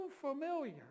familiar